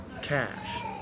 cash